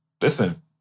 Listen